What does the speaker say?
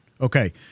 Okay